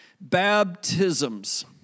Baptisms